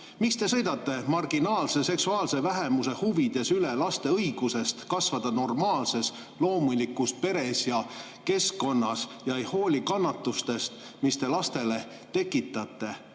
Miks te sõidate marginaalse seksuaalse vähemuse huvides üle laste õigusest kasvada normaalses, loomulikus peres ja keskkonnas ja ei hooli kannatustest, mis te lastele tekitate?